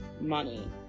money